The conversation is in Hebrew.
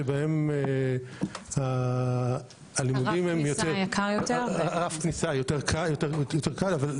שבהן רף הכניסה יותר קל אבל